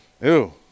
ew